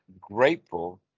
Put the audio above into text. grateful